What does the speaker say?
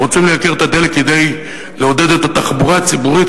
הם רוצים לייקר את הדלק כדי לעודד את התחבורה הציבורית,